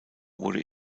wurde